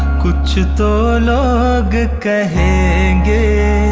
kuchh to log kahenge